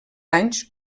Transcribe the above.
anys